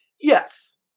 Yes